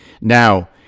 Now